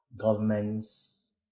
governments